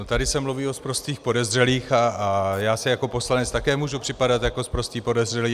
Tady se mluví o sprostých podezřelých a já si jako poslanec také můžu připadat jako sprostý podezřelý.